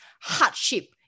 hardship